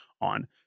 on